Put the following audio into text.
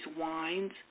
wines